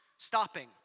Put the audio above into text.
Stopping